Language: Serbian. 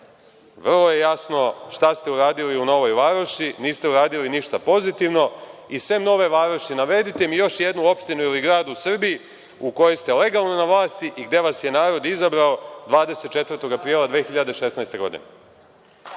vrlo je jasno šta ste uradili u Novoj Varoši. Niste uradili ništa pozitivno i sem Nove Varoši navedite mi još jednu opštinu ili grad u Srbiji u kojoj se legalno na vlasti i gde vas je narod izabrao 24. aprila 2016. godine.(Goran